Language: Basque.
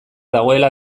dagoela